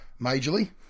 majorly